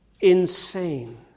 insane